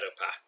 path